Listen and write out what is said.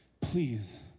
please